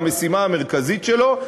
במשימה המרכזית שלו,